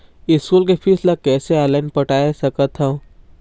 School के fees ला कैसे ऑनलाइन पटाए सकत हव?